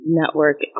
network